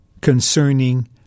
concerning